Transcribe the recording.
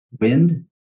Wind